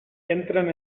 entren